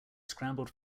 scrambled